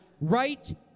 right